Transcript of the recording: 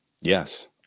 Yes